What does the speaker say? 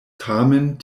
tamen